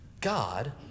God